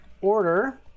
order